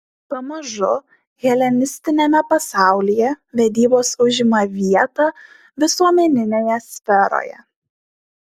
pamažu helenistiniame pasaulyje vedybos užima vietą visuomeninėje sferoje